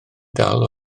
dal